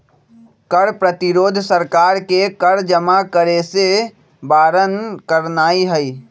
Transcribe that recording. कर प्रतिरोध सरकार के कर जमा करेसे बारन करनाइ हइ